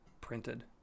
printed